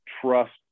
trust